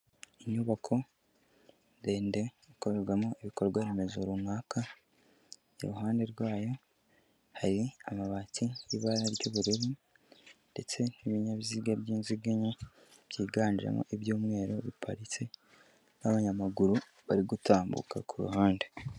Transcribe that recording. Inyubako ndende ikorerwamo ibikorwa remezo runaka, iruhande rwayo hari amabati y'ibara ry'ubururu ndetse n'ibinyabiziga by'inziginya byiganjemo ibyumweru biparitse n'abanyamaguru bari gutambuka ku ruhande.